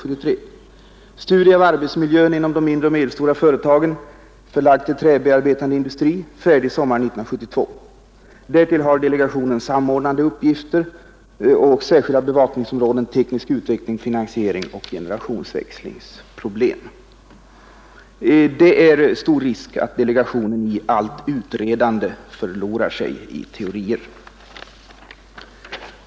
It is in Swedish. Konkursstudien, som jag nämnde. Den första rapporten väntas bli klar under våren. Därtill har delegationen samordnande uppgifter, och särskilda bevakningsområden är: teknisk utveckling, finansiering och generationsväxlingsproblem. — Det är stor risk för att delegationen i allt utredande förlorar sig i teorier.